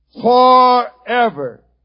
forever